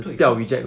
对